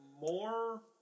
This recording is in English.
more